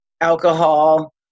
alcohol